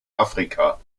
afrika